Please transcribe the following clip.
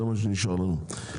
זה מה שנשאר לנו.